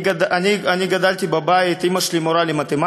אני גדלתי בבית, אימא שלי מורה למתמטיקה,